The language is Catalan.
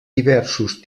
diversos